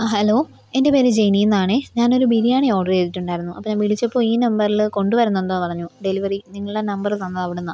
ആ ഹലോ എന്റെ പേര് ജെനീന്നാണേ ഞാനൊരു ബിരിയാണി ഓഡർ ചെയ്തിട്ടുണ്ടായിരുന്നു അപ്പോൾ ഞാൻ വിളിച്ചപ്പോൾ ഈ നമ്പറിൽ കൊണ്ടുവരുന്നെന്നു പറഞ്ഞു ഡെലിവറി നിങ്ങളുടെ നമ്പർ തന്ന അവിടെ നിന്നാണ്